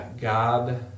God